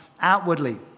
outwardly